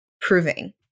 proving